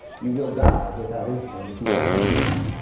you will die without insulin if you're a diabetic.